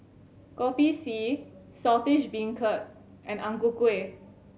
Kopi C Saltish Beancurd and Ang Ku Kueh